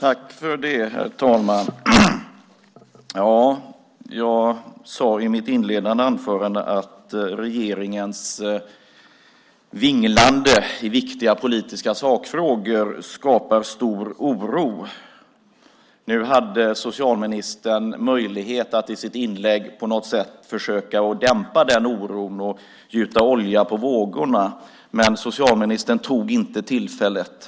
Herr talman! Jag sade i mitt inledande anförande att regeringens vinglande i viktiga politiska sakfrågor skapar stor oro. Nu hade socialministern möjlighet att i sitt inlägg på något sätt försöka dämpa den oron och gjuta olja på vågorna, men han tog inte tillfället.